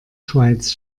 schweiz